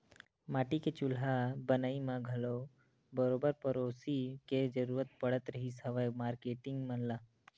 माटी के चूल्हा बनई म घलो बरोबर पेरोसी के जरुरत पड़त रिहिस हवय मारकेटिंग मन ल